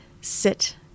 sit